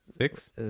six